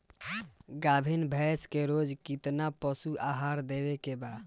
गाभीन भैंस के रोज कितना पशु आहार देवे के बा?